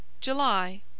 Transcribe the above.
July